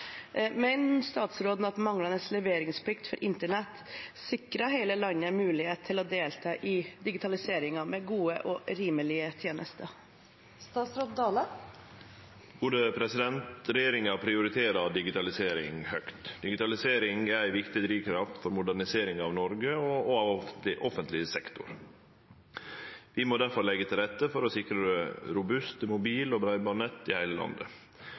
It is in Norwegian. statsråden at manglende leveringsplikt for internett sikrer hele landet mulighet til å delta i digitaliseringen med gode og rimelige teletjenester?» Regjeringa prioriterer digitalisering høgt. Digitalisering er ei viktig drivkraft for modernisering av Noreg og av offentleg sektor. Vi må difor leggje til rette for å sikre robuste mobil- og breibandnett i heile landet.